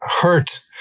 hurt